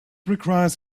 requires